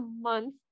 month